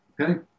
okay